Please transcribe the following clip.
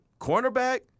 Cornerback